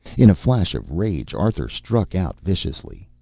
in a flash of rage arthur struck out viciously.